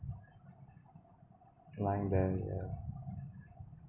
lying there